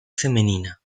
femenina